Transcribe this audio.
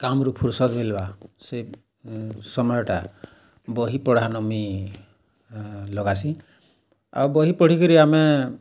କାମ୍ରୁ ଫୁର୍ସତ୍ ମିଲ୍ବା ସେ ସମୟଟା ବହି ପଢ଼ାନ ମୁଇଁ ଲଗାସିଁ ଆଉ ବହି ପଢ଼ିକିରି ଆମେ